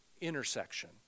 intersection